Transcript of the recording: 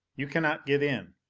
you cannot get in.